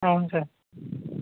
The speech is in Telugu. అవును సార్